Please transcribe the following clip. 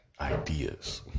ideas